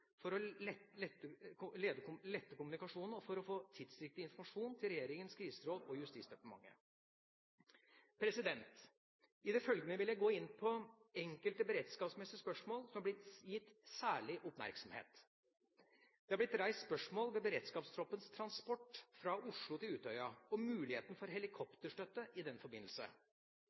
for å lette kommunikasjonen og for å få tidsriktig informasjon til Regjeringens kriseråd og Justisdepartementet. I det følgende vil jeg gå inn på enkelte beredskapsmessige spørsmål som er blitt gitt særlig oppmerksomhet. Det har blitt reist spørsmål ved beredskapstroppens transport fra Oslo til Utøya og muligheten for helikopterstøtte i den forbindelse.